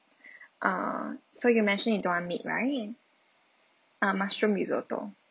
uh so you mentioned you don't want meat right uh mushroom risotto